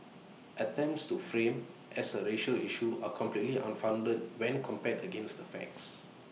attempts to frame as A racial issue are completely unfounded when compared against the facts